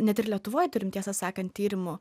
net ir lietuvoj turim tiesą sakant tyrimų